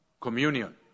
communion